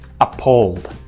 appalled